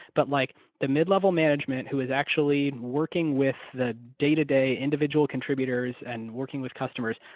but like the mid-level management who is actually working with the day-to-day individual contributors and working with customers,